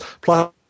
Plus